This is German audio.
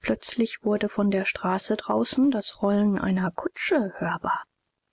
plötzlich wurde von der straße draußen das rollen einer kutsche hörbar